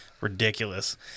ridiculous